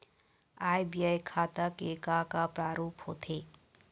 आय व्यय खाता के का का प्रारूप होथे?